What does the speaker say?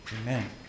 Amen